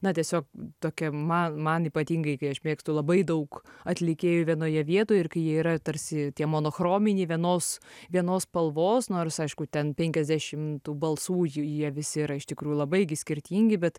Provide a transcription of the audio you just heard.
na tiesiog tokia man man ypatingai kai aš mėgstu labai daug atlikėjų vienoje vietoje ir kai jie yra tarsi tie monochrominiai vienos vienos spalvos nors aišku ten penkiasdešim tų balsų jie visi yra iš tikrųjų labai gi skirtingi bet